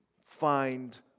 find